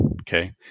Okay